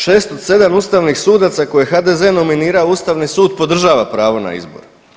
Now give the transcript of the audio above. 6 od 7 ustavnih sudaca koje je HDZ nominirao Ustavni sud podržava pravo na izbor.